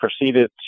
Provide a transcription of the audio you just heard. proceeded